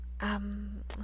Um